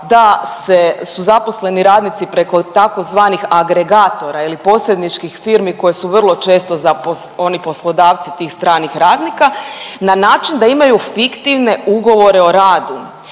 se, su zaposleni radnici preko tzv. agregatora ili posredničkih firmi koje su vrlo često oni poslodavci tih stranih radnika na način da imaju fiktivne ugovore o radu